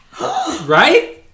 Right